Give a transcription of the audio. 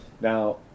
Now